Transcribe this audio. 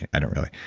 i don't really.